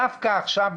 דווקא עכשיו,